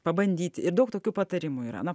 pabandyti ir daug tokių patarimų yra na